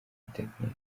polytechnic